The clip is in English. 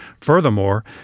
Furthermore